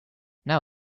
now